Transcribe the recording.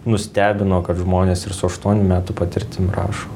nustebino kad žmonės ir su aštuonių metų patirtim rašo